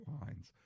lines